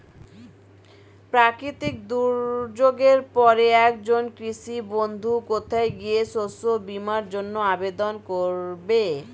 প্রাকৃতিক দুর্যোগের পরে একজন কৃষক বন্ধু কোথায় গিয়ে শস্য বীমার জন্য আবেদন করবে?